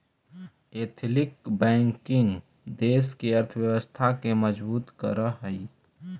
ethical banking देश के अर्थव्यवस्था के मजबूत करऽ हइ